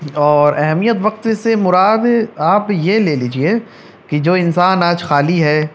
اور اہمیت وقت سے مراد آپ یہ لے لیجیے کہ جو انسان آج خالی ہے